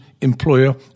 employer